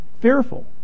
fearful